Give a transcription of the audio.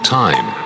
time